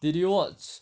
did you watch